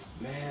Man